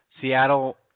Seattle